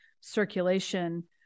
circulation